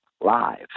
live